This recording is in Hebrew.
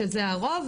שזה הרוב,